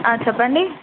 చెప్పండి